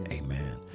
Amen